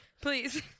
Please